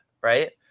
right